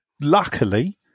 luckily